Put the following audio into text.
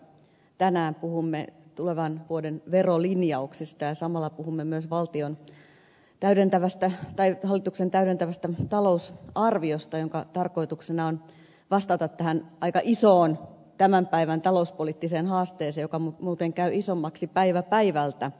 tänään puhumme tulevan vuoden verolinjauksista ja samalla puhumme myös hallituksen täydentävästä talousarviosta jonka tarkoituksena on vastata tähän aika isoon tämän päivän talouspoliittiseen haasteeseen joka muuten käy isommaksi päivä päivältä